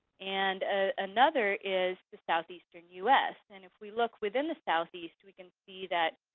and ah another is the southeastern us. and if we look within the southeast, we can see that